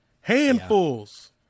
Handfuls